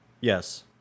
Yes